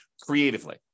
creatively